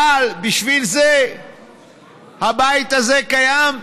אבל בשביל זה הבית הזה קיים,